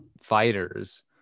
fighters